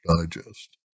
Digest